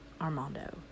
Armando